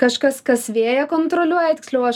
kažkas kas vėją kontroliuoja tiksliau aš